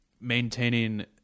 maintaining